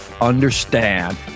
understand